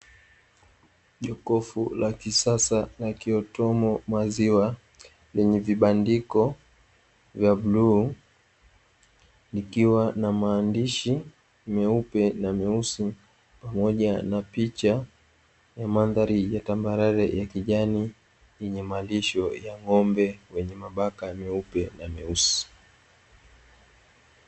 Jokofu la kisasa la kiautomo maziwa lenye vibandiko vya bluu, likiwa na maandishi meupe na meusi, pamoja na picha ya mandhari ya tambarare ya kijani yenye malisho ya ng'ombe wenye mabaka meupe na meusi.